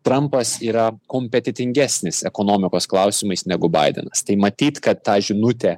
trampas yra kompetentingesnis ekonomikos klausimais negu baidenas tai matyt kad ta žinutė